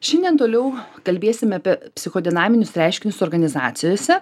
šiandien toliau kalbėsime apie psichodinaminius reiškinius organizacijose